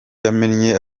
yamennye